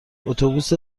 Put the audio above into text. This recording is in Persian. اتوبوس